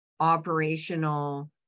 operational